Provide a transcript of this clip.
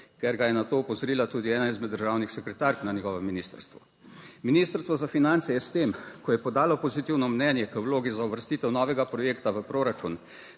ker ga je na to opozorila tudi ena izmed državnih sekretark na njegovem ministrstvu. Ministrstvo za finance je s tem, ko je podalo pozitivno mnenje k vlogi za uvrstitev novega projekta v proračun,